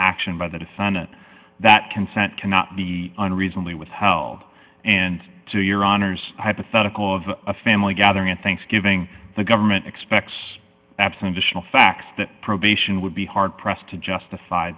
action by the defendant that consent cannot be unreasonably with howled and to your honor's hypothetical of a family gathering thanksgiving the government expects absent additional facts that probation would be hard pressed to justify